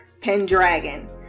Pendragon